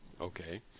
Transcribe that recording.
Okay